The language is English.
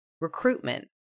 recruitment